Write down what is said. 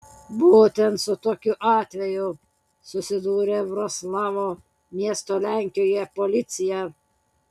būtent su tokiu atveju susidūrė vroclavo miesto lenkijoje policija